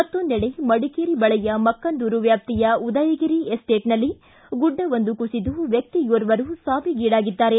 ಮತ್ತೊಂದೆಡೆ ಮಡಿಕೇರಿ ಬಳಿಯ ಮಕ್ಕಂದೂರು ವ್ಯಾಪ್ತಿಯ ಉದಯಗಿರಿ ಎಸ್ಟೇಟ್ನಲ್ಲಿ ಗುಡ್ಡವೊಂದು ಕುಸಿದು ವ್ಲಕ್ಷಿಯೋರ್ವರು ಸಾವಿಗೀಡಾಗಿದ್ದಾರೆ